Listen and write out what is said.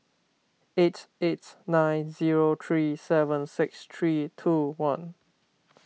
eight eight nine zero three seven six three two one